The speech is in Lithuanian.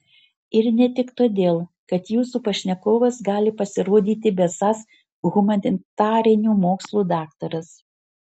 ir ne tik todėl kad jūsų pašnekovas gali pasirodyti besąs humanitarinių mokslų daktaras